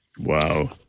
Wow